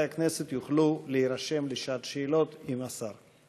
הכנסת יוכלו להירשם לשעת שאלות עם השר.